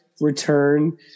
return